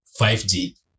5G